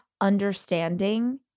understanding